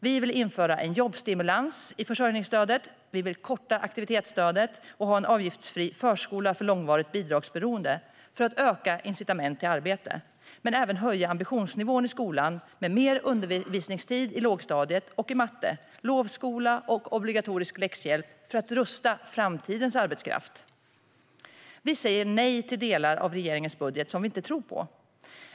Vi vill införa en jobbstimulans i försörjningsstödet, korta aktivitetsstödet och ha en avgiftsfri förskola för långvarigt bidragsberoende för att öka incitament till arbete. Men vi vill även höja ambitionsnivån i skolan med mer undervisningstid på lågstadiet och i matte och ha lovskola och obligatorisk läxhjälp för att rusta framtidens arbetskraft. Vi säger nej till delar av regeringens budget som vi inte tror på.